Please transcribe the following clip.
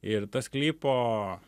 ir tas sklypo